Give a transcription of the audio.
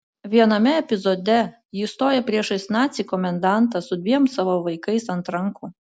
viename epizode ji stoja priešais nacį komendantą su dviem savo vaikais ant rankų